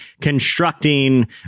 constructing